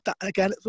again